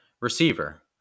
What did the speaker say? receiver